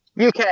UK